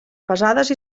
pesades